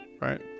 right